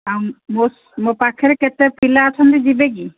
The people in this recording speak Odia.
ଆମ ମୋ ପାଖରେ କେତେ ପିଲା ଅଛନ୍ତି ଯିବେ କି